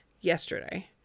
yesterday